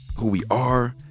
who we are,